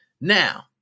Now